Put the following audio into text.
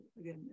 again